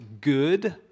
good